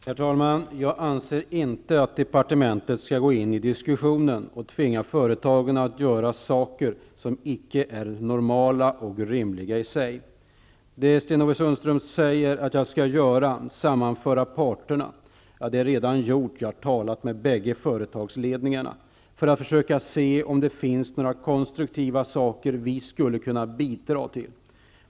Herr talman! Jag anser inte att departementet skall gå in i diskussionen och tvinga företagen att göra saker som icke är normala och rimliga i sig. Sten-Ove Sundström säger att jag skall sammanföra parterna. Det är redan gjort. Jag har talat med bägge företagsledningarna för att försöka se om det finns några konstruktiva saker vi skulle kunna bidra till.